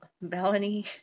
Melanie